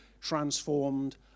transformed